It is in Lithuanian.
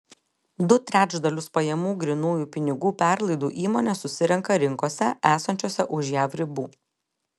du trečdalius pajamų grynųjų pinigų perlaidų įmonė susirenka rinkose esančiose už jav ribų